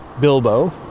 Bilbo